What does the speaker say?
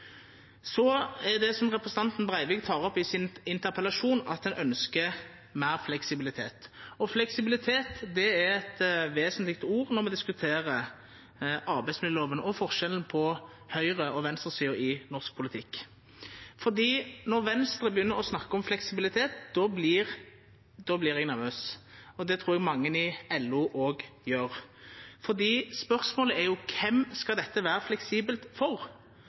Så er det, som representanten Breivik tek opp i interpellasjonen, slik at ein ønskjer meir fleksibilitet, og fleksibilitet er eit vesentleg ord når me diskuterer arbeidsmiljølova og forskjellen på høgre- og venstresida i norsk politikk. For når Venstre begynner å snakka om fleksibilitet, vert eg nervøs, og det trur eg mange i LO òg vert. For spørsmålet er jo: Kven skal dette vera fleksibelt for?